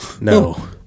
No